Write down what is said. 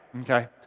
Okay